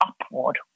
upward